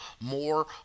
more